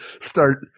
start